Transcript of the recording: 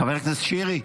חבר הכנסת שירי,